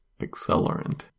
accelerant